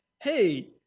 hey –